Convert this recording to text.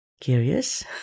Curious